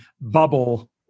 bubble